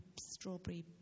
strawberry